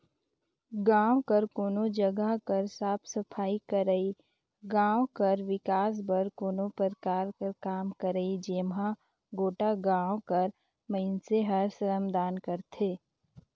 गाँव कर कोनो जगहा कर साफ सफई करई, गाँव कर बिकास बर कोनो परकार कर काम करई जेम्हां गोटा गाँव कर मइनसे हर श्रमदान करथे